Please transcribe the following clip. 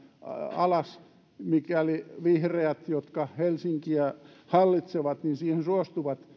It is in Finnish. alas mikäli vihreät jotka helsinkiä hallitsevat siihen suostuvat